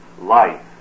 life